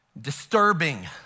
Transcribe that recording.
disturbing